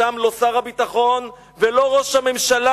שם לא שר הביטחון ולא ראש הממשלה.